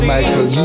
Michael